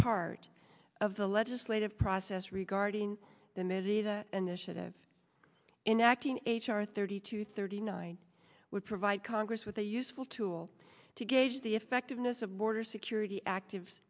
part of the legislative process regarding the navy that initiative in acting h r thirty two thirty nine would provide congress with a useful tool to gauge the effectiveness of border security active